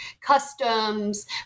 customs